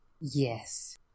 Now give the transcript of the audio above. Yes